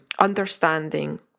understanding